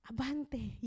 Abante